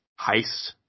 heist